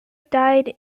died